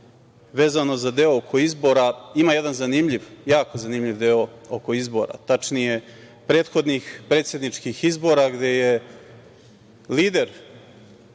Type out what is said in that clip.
vezano za deo oko izbora ima jedan zanimljiv, jako zanimljiv deo oko izbora. Tačnije, prethodnih predsedničkih izbora gde je lider,